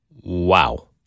Wow